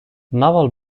naval